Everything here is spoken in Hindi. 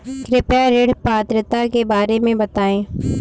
कृपया ऋण पात्रता के बारे में बताएँ?